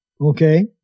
Okay